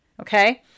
Okay